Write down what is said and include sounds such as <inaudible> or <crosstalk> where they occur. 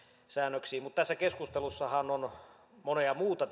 säännöksiin mutta tässä keskustelussahan on monta muuta <unintelligible>